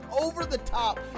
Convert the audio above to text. over-the-top